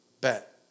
bet